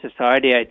society